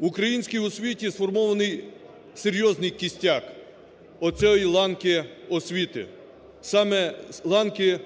українській освіті сформований серйозний кістяк оцієї ланки освіти, саме ланки